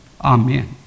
Amen